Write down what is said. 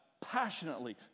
passionately